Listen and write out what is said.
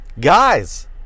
guys